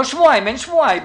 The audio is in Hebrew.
אין שבועיים.